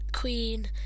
Queen